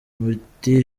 muti